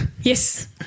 Yes